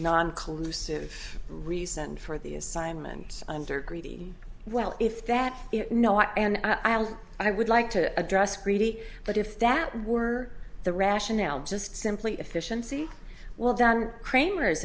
collusive reason for the assignment under greedy well if that you know what and i'll i would like to address greedy but if that were the rationale just simply efficiency well done kramer's